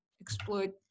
exploit